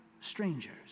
strangers